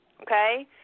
Okay